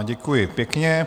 Děkuji pěkně.